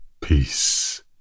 peace